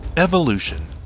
Evolution